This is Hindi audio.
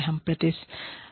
हम प्रतिस्थापित कर रहे हैं